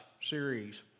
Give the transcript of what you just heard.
series